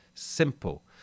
simple